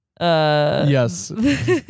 Yes